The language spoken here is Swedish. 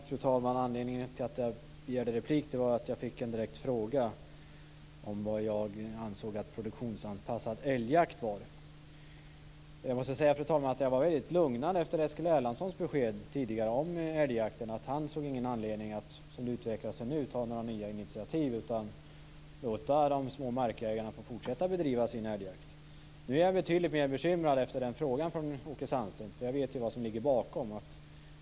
Fru talman! Anledningen till att jag begärde replik var att jag fick en direkt fråga om vad jag ansåg att produktionsanpassad älgjakt var. Jag måste säga, fru talman, att jag var väldigt lugnad efter Eskil Erlandssons besked tidigare om älgjakten. Han såg ingen anledning att som det utvecklar sig nu ta några nya initiativ, utan han ville låta småmarksägarna fortsätta bedriva sin älgjakt. Nu är jag betydligt mer bekymrad, efter frågan från Åke Sandström. Jag vet nämligen vad som ligger bakom.